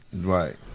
Right